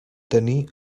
tenir